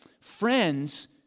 Friends